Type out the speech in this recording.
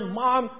mom